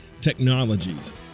technologies